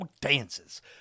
dances